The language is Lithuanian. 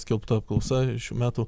skelbta apklausa šių metų